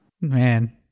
man